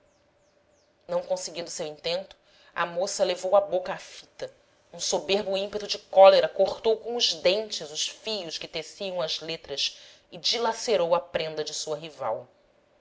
não conseguindo seu intento a moça levou à boca a fita num soberbo ímpeto de cólera cortou com os dentes os fios que teciam as letras e dilacerou a prenda de sua rival